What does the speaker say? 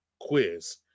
quiz